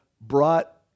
brought